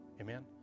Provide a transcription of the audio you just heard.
Amen